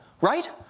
right